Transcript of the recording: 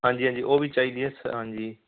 ਹਾਂਜੀ ਹਾਂਜੀ ਉਹ ਵੀ ਚਾਹੀਦੀ ਹੈ ਹਾਂਜੀ